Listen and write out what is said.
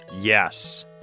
Yes